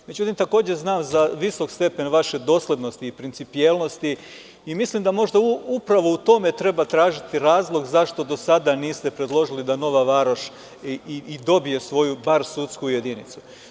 Međutim, znam za visok stepen vaše doslednosti i principijelnosti i mislim da možda upravo u tome treba tražiti razlog zašto do sada niste predložili da Nova Varoš dobije svoju, bar sudsku jedinicu.